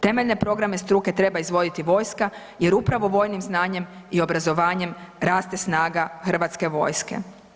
Temeljne programe struke treba izvoditi vojska jer upravo vojnim znanjem i obrazovanjem raste snaga Hrvatske vojske.